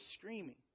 screaming